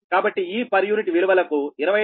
కాబట్టి ఈ per unit విలువలకు 25